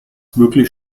wirklich